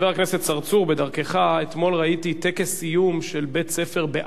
אתמול ראיתי טקס סיום של בית-ספר בעזה של ילדים קטנים,